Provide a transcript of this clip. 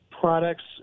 products